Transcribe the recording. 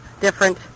different